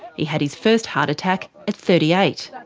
he had his first heart attack at thirty eight.